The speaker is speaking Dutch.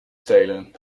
stelen